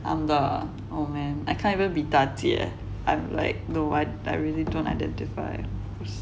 and the oh man I can't even be 大姐 I'm like no one I really don't identify